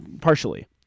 partially